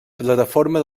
plataforma